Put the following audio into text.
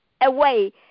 away